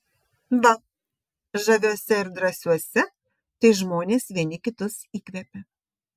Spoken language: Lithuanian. va žaviuose ir drąsiuose tai žmonės vieni kitus įkvepia